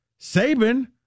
Saban